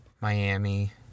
Miami